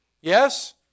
Yes